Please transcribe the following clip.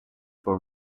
for